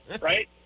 Right